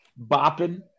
bopping